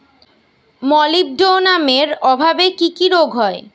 মলিবডোনামের অভাবে কি কি রোগ হয়?